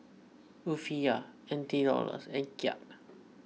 Rufiyaa N T Dollars and Kyat